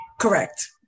Correct